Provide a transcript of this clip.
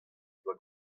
doa